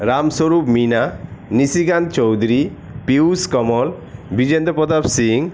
Ramswarup Meena Nishikant Choudhary Piyush Kamal Bijendra Pratap Singh